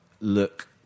look